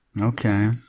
Okay